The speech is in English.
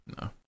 No